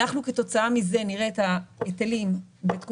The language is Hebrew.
אנחנו כתוצאה מזה נראה את ההיטלים בתקופות